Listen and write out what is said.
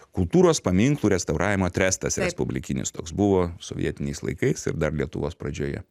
kultūros paminklų restauravimo trestas respublikinis toks buvo sovietiniais laikais ir dar lietuvos pradžioje